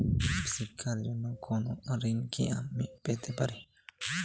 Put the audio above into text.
শিক্ষার জন্য কোনো ঋণ কি আমি পেতে পারি?